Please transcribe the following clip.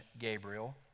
Gabriel